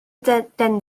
denzil